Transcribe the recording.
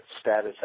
status